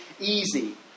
Easy